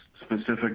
Specific